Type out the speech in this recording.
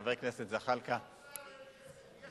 חבר הכנסת זחאלקה, במדינת ישראל אין כסף?